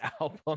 album